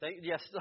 Yes